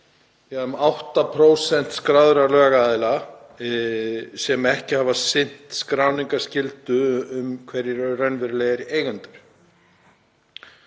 ná til um 8% skráðra lögaðila sem ekki hafa sinnt skráningarskyldu um hverjir eru raunverulegir eigendur.